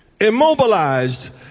immobilized